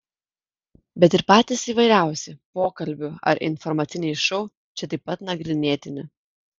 bet ir patys įvairiausi pokalbių ar informaciniai šou čia taip pat nagrinėtini